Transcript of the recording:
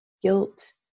Guilt